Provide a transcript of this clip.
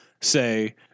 say